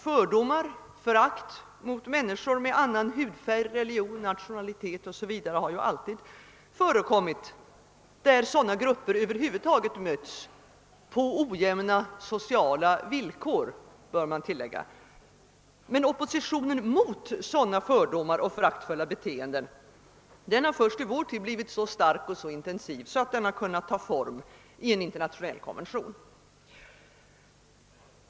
Fördomar mot och förakt för människor med annan hudfärg, religion, nationalitet o. s. v. har ju alltid förekommit där sådana grupper över huvud taget mötts — på ojämna sociala villkor, bör man tillägga. Men oppositionen mot sådana fördomar och föraktfulla beteenden har först i vår tid blivit så stark och så intensiv, att den har kunnat ta form i en internationell konvention.